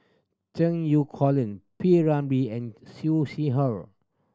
Cheng You Colin P Ramlee and Siew Sea Her